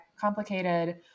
complicated